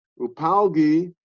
Upalgi